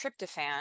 tryptophan